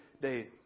days